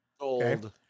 Gold